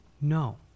No